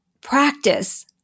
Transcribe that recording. practice